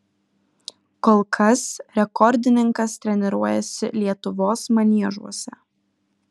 kol kas rekordininkas treniruojasi lietuvos maniežuose